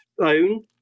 phone